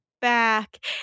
back